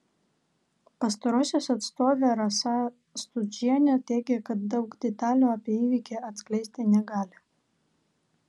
pastarosios atstovė rasa stundžienė teigė kad daug detalių apie įvykį atskleisti negali